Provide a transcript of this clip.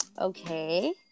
Okay